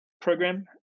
program